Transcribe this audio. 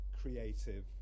creative